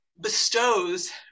bestows